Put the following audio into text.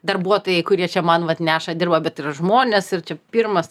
darbuotojai kurie čia man vat neša dirba bet ir žmonės ir čia pirmas